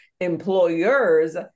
employers